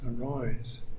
arise